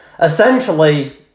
essentially